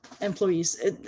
employees